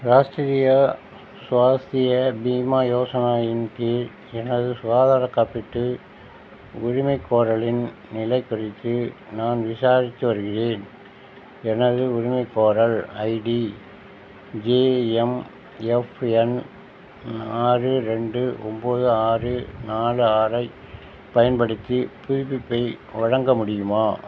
ராஷ்டிரியா ஸ்வாஸ்திய பீமா யோசனா இன் கீழ் எனது சுகாதார காப்பீட்டு உரிமைக் கோரலின் நிலைக் குறித்து நான் விசாரித்து வருகின்றேன் எனது உரிமைக் கோரல் ஐடி ஜேஎம்எஃப்என் ஆறு ரெண்டு ஒன்போது ஆறு நாலு ஆறைப் பயன்படுத்தி புதுப்பிப்பை வழங்க முடியுமா